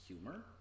humor